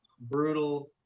brutal